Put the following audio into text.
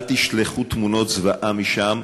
אל תשלחו תמונות זוועה משם,